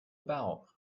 about